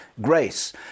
grace